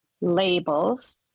labels